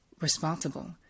responsible